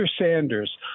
Sanders